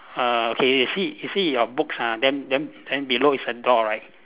uh okay you see you see your books ah then then then below is a door right